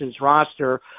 roster